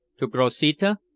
to grossetto,